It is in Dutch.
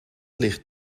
ligt